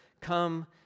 come